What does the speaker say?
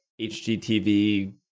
HGTV